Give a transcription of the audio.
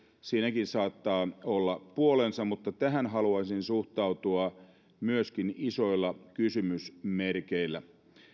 siinäkin saattaa olla puolensa mutta tähän haluaisin suhtautua myöskin isoilla kysymysmerkeillä